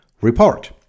report